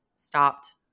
stopped